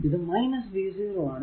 ഇത് v0 ആണ്